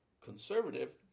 conservative